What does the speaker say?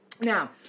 Now